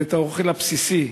ואת האוכל הבסיסי,